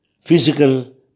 physical